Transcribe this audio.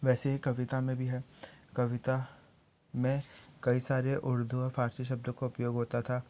वैसे ही कविता में भी है कविता में कई सारे उर्दू और फारसी शब्दों का उपयोग होता था